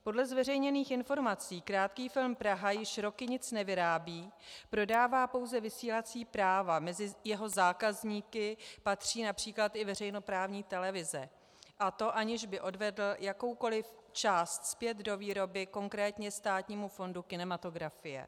Podle zveřejněných informací Krátký film Praha již roky nic nevyrábí, prodává pouze vysílací práva, mezi jeho zákazníky patří například i veřejnoprávní televize, a to aniž by odvedl jakoukoli část zpět do výroby konkrétně Státnímu fondu kinematografie.